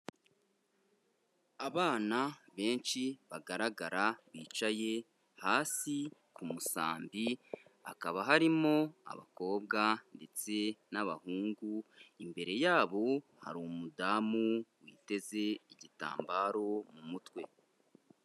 Abana benshi bagaragara bicaye hasi ku musambi, hakaba harimo abakobwa ndetse n'abahungu, imbere yabo hari umudamu witeze igitambaro mu mutwe.